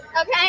Okay